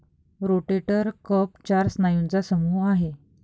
rotator cuff चार स्नायूंचा समूह आहे